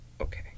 Okay